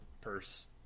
purse